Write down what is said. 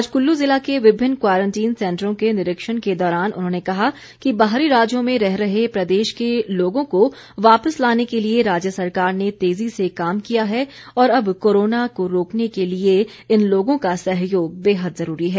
आज कुल्लू ज़िला के विभिन्न क्वारंटीन सेंटरों के निरिक्षण के दौरान उन्होंने कहा कि बाहरी राज्यों में रह रहे प्रदेश के लोगों को वापिस लाने के लिए राज्य सरकार ने तेजी से काम किया है और अब कोरोना को रोकने के लिए इन लोगों का सहयोग बेहद जरूरी है